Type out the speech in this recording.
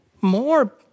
more